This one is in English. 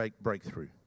breakthrough